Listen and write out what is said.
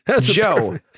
joe